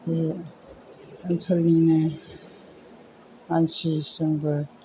बे ओनसोलनिनो मानसि जोंबो